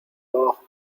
abajo